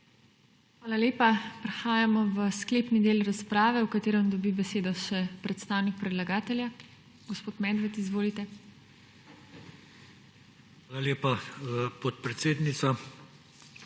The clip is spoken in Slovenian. Hvala lepa. Prehajamo v sklepni del razprave, v katerem dobi besedo še predstavnik predlagatelja. Gospod Medved, izvolite. **RUDI MEDVED